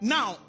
Now